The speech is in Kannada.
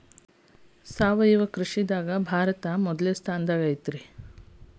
ಸಾವಯವ ಕೃಷಿದಾಗ ಭಾರತ ಮೊದಲ ಸ್ಥಾನದಾಗ ಐತ್ರಿ